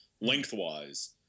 lengthwise